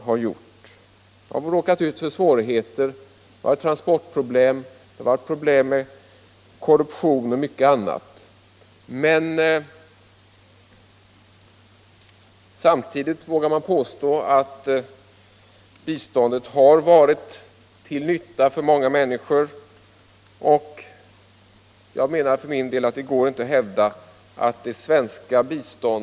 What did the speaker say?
Man har råkat ut för svårigheter — transportproblem, problem med korruptionen och mycket annat — men samtidigt vågar jag påstå att biståndet varit till nytta för många människor.